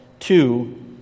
Two